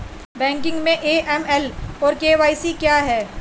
Banking में AML और KYC क्या हैं?